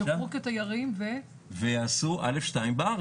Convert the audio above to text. את אשרת התלמיד שלהם יעשו בארץ.